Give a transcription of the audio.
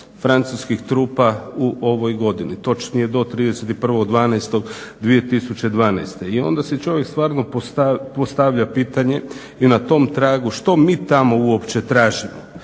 francuskih trupa u ovoj godini, točnije do 31.12.2012. I onda si čovjek stvarno postavlja pitanje i na tom tragu što mi tamo uopće tražimo.